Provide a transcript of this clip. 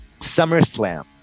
SummerSlam